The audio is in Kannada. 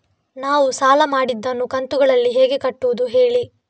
ನಾವು ಸಾಲ ಮಾಡಿದನ್ನು ಕಂತುಗಳಲ್ಲಿ ಹೇಗೆ ಕಟ್ಟುದು ಹೇಳಿ